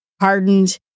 hardened